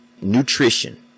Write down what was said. nutrition